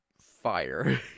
fire